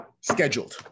scheduled